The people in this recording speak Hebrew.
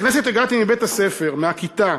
לכנסת הגעתי מבית-הספר, מהכיתה.